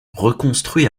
reconstruit